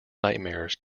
nightmares